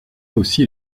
aussi